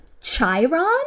Chiron